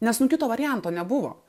nes nu kito varianto nebuvo